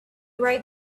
right